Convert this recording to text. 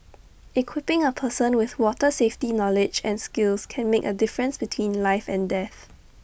equipping A person with water safety knowledge and skills can make A difference between life and death